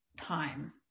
time